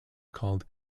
called